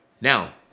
Now